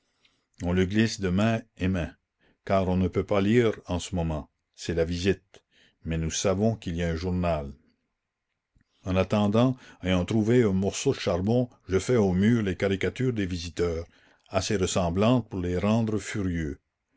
on le glisse de main et main car on ne peut pas le lire en ce moment c'est la visite mais nous savons qu'il y a un journal en attendant ayant trouvé un morceau de charbon je fais au mur les caricatures des visiteurs assez ressemblantes pour les rendre furieux